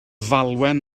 falwen